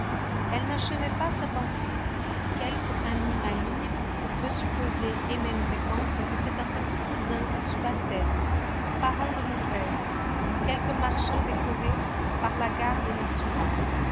elle n'achevait pas sa pensée quelque amie maligne peut supposer et même répandre que c'est un petit cousin subalterne parent de mon père quelque marchand décoré par la garde nationale